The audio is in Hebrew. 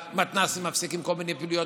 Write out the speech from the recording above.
במתנ"סים מפסיקים כל מיני פעילויות,